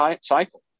cycle